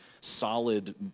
solid